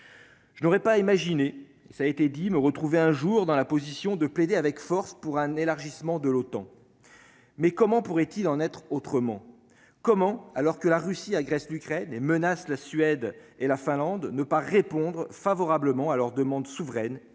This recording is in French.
Je n'aurais pas imaginé ça a été dit, me retrouver un jour dans la position de plaider avec force pour un élargissement de l'OTAN, mais comment pourrait-il en être autrement, comment, alors que la Russie agresse l'Ukraine et menace la Suède et la Finlande ne pas répondre favorablement à leur demande, souveraine